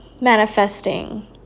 manifesting